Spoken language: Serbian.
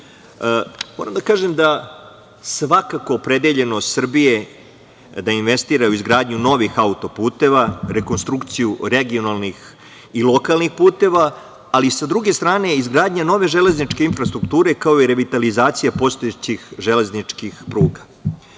moram da kažem svakako opredeljenost Srbije da investira u izgradnju novih autoputeva, rekonstrukciju regionalnih i lokalnih puteva, ali sa druge strane i izgradnja nove železničke infrastrukture, kao i revitalizacija postojećih železničkih pruga.U